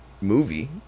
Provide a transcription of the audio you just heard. movie